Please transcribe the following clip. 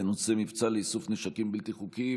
בנושא: מבצע לאיסוף נשקים בלתי חוקיים,